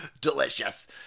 Delicious